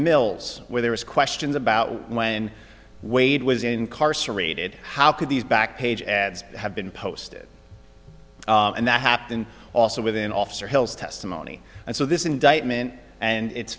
mills where there was questions about when wade was incarcerated how could these back page ads have been posted and that happened also within officer hill's testimony and so this indictment and it's